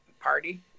Party